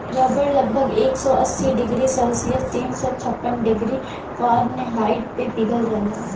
रबड़ लगभग एक सौ अस्सी डिग्री सेल्सियस तीन सौ छप्पन डिग्री फारेनहाइट पे पिघल जाला